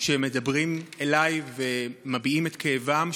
שמדברים אליי ומביעים את כאבם,